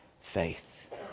faith